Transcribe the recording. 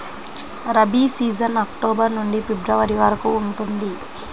rabi season October నుండి February వరకు ఉంటుంది